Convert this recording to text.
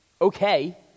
okay